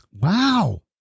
Wow